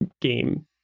game